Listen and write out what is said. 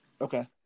Okay